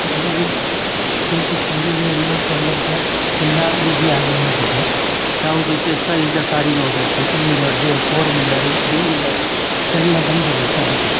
ಈಗ ಸಾರಿಗೆ ಎಲ್ಲ ಸೌಲಭ್ಯ ಎಲ್ಲ ಈಸಿಯಾಗಿ ಹೋಗಿದೆ ಯಾವುದಕ್ಕೆ ಸಹ ಈಗ ಸಾರಿಗೆಯು ಬೇಕು two wheeler four wheeler three wheeler ಎಲ್ಲ ಬಂದಿದೆ ಸಾರಿಗೆ